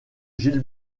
gil